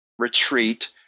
Retreat